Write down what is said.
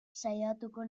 saiatuko